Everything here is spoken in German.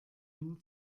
nur